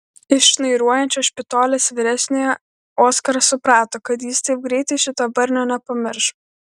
iš šnairuojančio špitolės vyresniojo oskaras suprato kad jis taip greitai šito barnio nepamirš